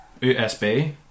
USB